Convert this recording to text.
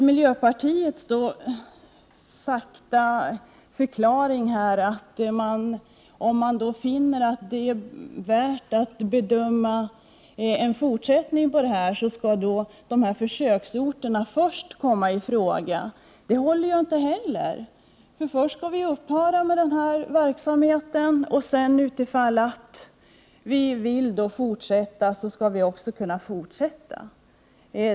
Miljöpartiet menar att om man finner att det är värdefullt med en fortsättning på verksamheten skall dessa försöksorter först komma i fråga. Det håller ju inte heller! Först skall vi tydligen upphöra med denna verksamhet. Sedan skall vi också, ifall vi vill, kunna fortsätta.